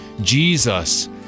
Jesus